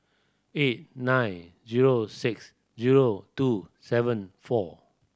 eight nine zero six zero two seven four